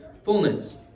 Fullness